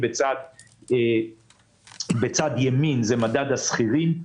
בצד ימין זה מדד השכירים,